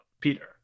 Peter